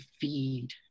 feed